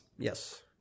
Yes